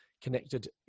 connected